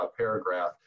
Paragraph